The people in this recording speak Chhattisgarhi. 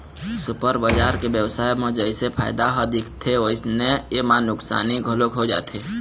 सुपर बजार के बेवसाय म जइसे फायदा ह दिखथे वइसने एमा नुकसानी घलोक हो जाथे